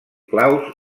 claus